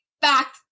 back